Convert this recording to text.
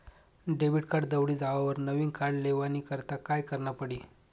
Debit card दवडी जावावर नविन कार्ड लेवानी करता काय करनं पडी?